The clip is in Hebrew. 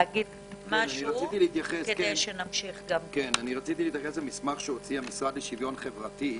רציתי להתייחס למסמך שהוציא המשרד לשוויון חברתי.